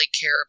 care